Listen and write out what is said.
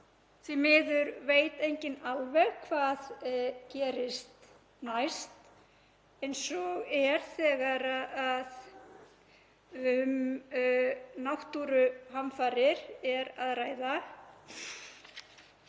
Því miður veit enginn alveg hvað gerist næst eins og er þegar um náttúruhamfarir er að ræða